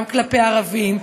גם כלפי ערבים,